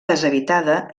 deshabitada